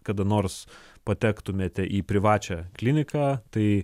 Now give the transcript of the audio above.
kada nors patektumėte į privačią kliniką tai